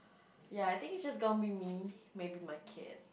ya I think it's just gonna be me maybe my kid